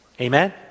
Amen